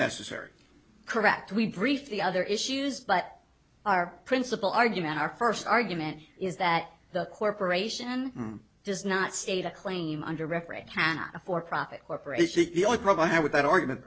necessary correct we brief the other issues but our principle argument our first argument is that the corporation does not state a claim under referee cannot for profit corporation the only problem with that argument